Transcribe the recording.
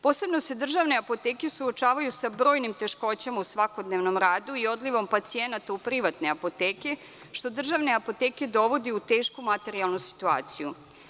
Posebno se državne apoteke suočavaju sa brojnim teškoćama u svakodnevnom radu i odlivom pacijenata u privatne apoteke, što državne apoteke dovodi u tešku materijalnu situaciju.